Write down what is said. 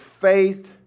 faith